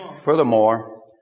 Furthermore